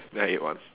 then I ate one